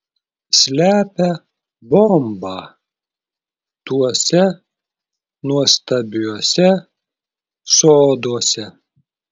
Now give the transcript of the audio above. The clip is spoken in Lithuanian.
slepia bombą tuose nuostabiuose soduose